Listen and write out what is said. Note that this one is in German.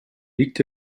liegt